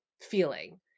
feeling